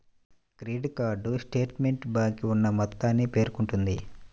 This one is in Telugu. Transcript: క్రెడిట్ కార్డ్ స్టేట్మెంట్ బాకీ ఉన్న మొత్తాన్ని పేర్కొంటుంది